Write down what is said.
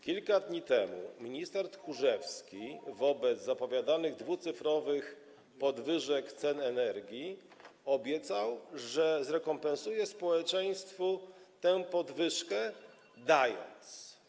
Kilka dni temu minister Tchórzewski wobec zapowiadanych dwucyfrowych podwyżek cen energii obiecał, że zrekompensuje społeczeństwu tę podwyżkę, coś dając.